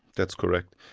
that's correct.